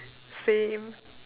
same